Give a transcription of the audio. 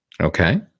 Okay